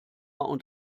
und